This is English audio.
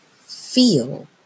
feel